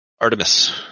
Artemis